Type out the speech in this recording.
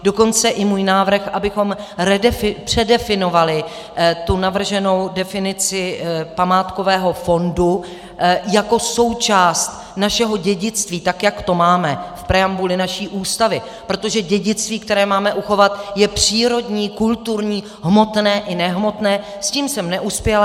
Dokonce i můj návrh, abychom předefinovali tu navrženou definici památkového fondu jako součást našeho dědictví, tak jak to máme v preambuli naší Ústavy, protože dědictví, které máme uchovat, je přírodní, kulturní, hmotné i nehmotné s tím jsem neuspěla.